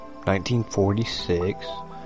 1946